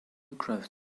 growth